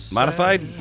Modified